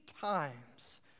times